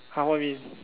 !huh! what you mean